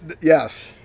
Yes